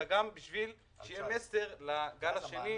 אלא גם בשביל שיהיה מסר לגל השני,